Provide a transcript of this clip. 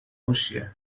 هوشیه